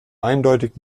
eindeutig